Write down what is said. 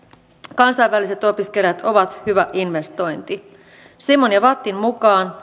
kansainväliset opiskelijat ovat hyvä investointi cimon ja vattin mukaan